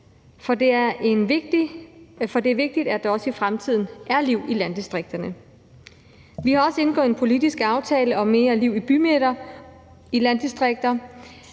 for det er vigtigt, at der også i fremtiden er liv i landdistrikterne. Vi har også indgået en politisk aftale om mere liv i bymidter i landdistrikter.